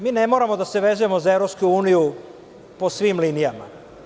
Mi ne moramo da se vezujemo za EU po svim linijama.